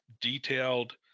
detailed